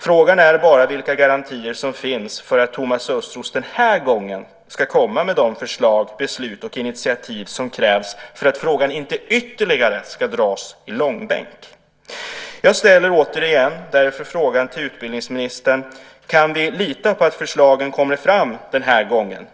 Frågan är bara vilka garantier som finns för att Thomas Östros den här gången ska komma med de förslag, beslut och initiativ som krävs för att frågan inte ytterligare ska dras i långbänk. Jag ställer därför frågan till utbildningsministern: Kan vi lita på att förslagen kommer fram den här gången?